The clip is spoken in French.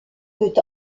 peut